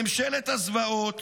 ממשלת הזוועות